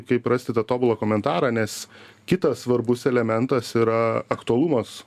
kaip rasti tą tobulą komentarą nes kitas svarbus elementas yra aktualumas